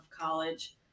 college